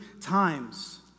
times